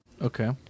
Okay